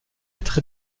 être